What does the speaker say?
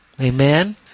Amen